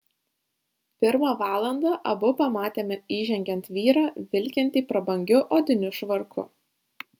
pirmą valandą abu pamatėme įžengiant vyrą vilkintį prabangiu odiniu švarku